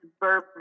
bourbon